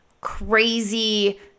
crazy